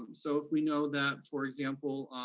um so if we know that, for example,